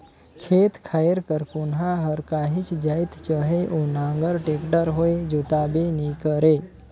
खेत खाएर कर कोनहा हर काहीच जाएत चहे ओ नांगर, टेक्टर होए जोताबे नी करे